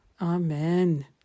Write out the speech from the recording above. Amen